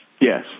Yes